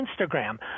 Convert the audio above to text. Instagram